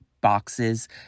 boxes